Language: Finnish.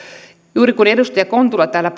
juuri niin kun edustaja kontula täällä